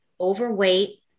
overweight